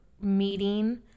meeting